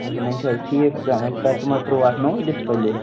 اَچھا وۅنۍ چھِ حظ ٹھیٖک تۄہہِ تہِ ما ترٛووٕ اَتھ نوٚو ڈِسپُلے